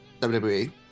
WWE